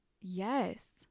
Yes